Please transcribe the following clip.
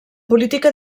política